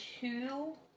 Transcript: two